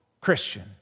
Christian